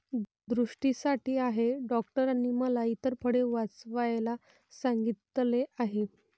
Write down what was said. दृष्टीसाठी आहे डॉक्टरांनी मला इतर फळे वाचवायला सांगितले आहे